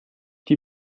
die